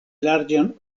larĝan